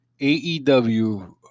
AEW